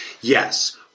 Yes